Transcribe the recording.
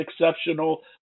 exceptional